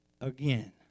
again